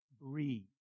Breathe